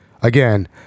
Again